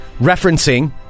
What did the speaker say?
Referencing